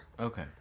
okay